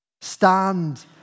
Stand